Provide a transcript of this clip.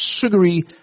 sugary